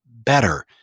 better